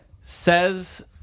Says